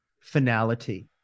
finality